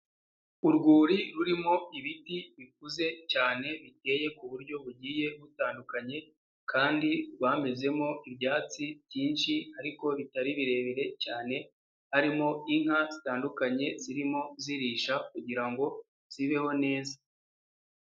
Urwuri rurimo ibiti bikuze cyane biteye ku buryo bugiye butandukanye, kandi rwamezemo ibyatsi byinshi ariko bitari birebire cyane, harimo inka zitandukanye zirimo zirisha kugira ngo zibeho neza.